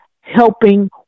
helping